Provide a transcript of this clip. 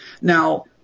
now